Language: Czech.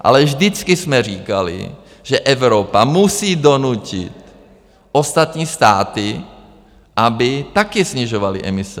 Ale vždycky jsme říkali, že Evropa musí donutit ostatní státy, aby taky snižovaly emise.